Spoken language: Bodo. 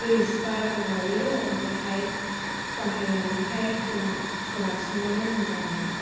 ब्रैजिबा रां लायो ओमफ्रायहाय बाहायनानै क्रिमआ प्रदाक्सन आनो मोजां नङा